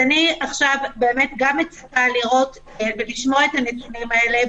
אז עכשיו אני מצפה לראות ולשמוע את הנתונים האלה,